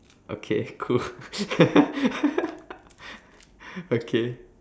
okay cool okay